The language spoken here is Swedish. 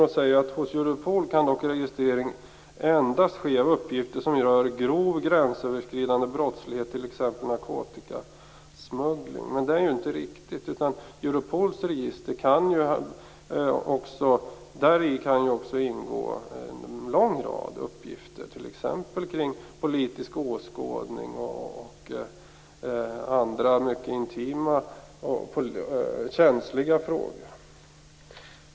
Hon säger: "Hos Europol kan dock registrering endast ske av uppgifter som rör grov gränsöverskridande brottslighet, t.ex. narkotikasmuggling." Men det är ju inte riktigt. I Europols register kan också ingå en lång rad uppgifter, t.ex. kring politisk åskådning och andra mycket intima och känsliga frågor.